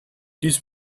dies